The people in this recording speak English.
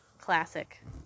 classic